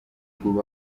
bihugu